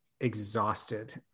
exhausted